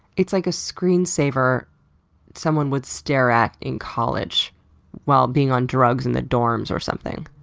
it's like a screen saver someone would stare at in college while being on drugs in the dorms or something,